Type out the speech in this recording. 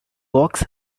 walks